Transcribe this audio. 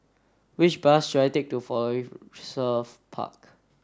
which bus should I take to Park